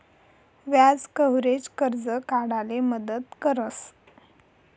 व्याज कव्हरेज, कर्ज काढाले मदत करस